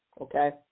Okay